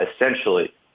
essentially